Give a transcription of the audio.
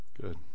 Good